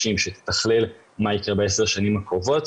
2030 שתתכלל מה יקרה בעשר השנים הקרובות